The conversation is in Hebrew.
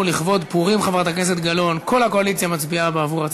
מול הכנסת, על העיקשות וההתמדה בוועדת השרים.